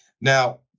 Now